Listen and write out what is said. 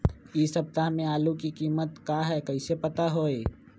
इ सप्ताह में आलू के कीमत का है कईसे पता होई?